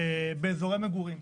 באזורי מגורים,